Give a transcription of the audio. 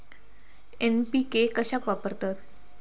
NPK कशाक वापरतत?